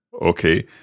Okay